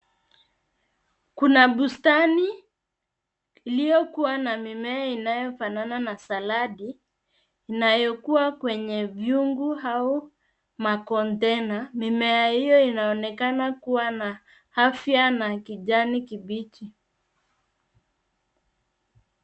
Kuna bustani iliyokuwa na mimea inayofanana na saladi inayokuwa kwenye vyungu au makontena. Mimea hiyo inaonekana kuwa na afya na kijani kibichi.